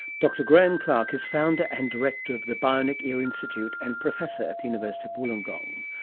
dr graeme clark is founder and director of the bionic ear institute and professor at the university of wollongong.